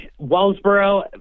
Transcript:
Wellsboro